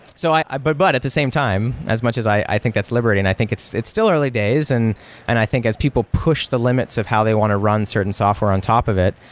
so but but at the same time, as much as i think that's liberating, i think it's it's still early days and and i think as people push the limits of how they want to run certain software on top of it,